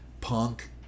punk